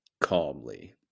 calmly